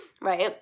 right